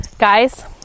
guys